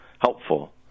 helpful